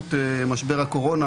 התמשכות משבר הקורונה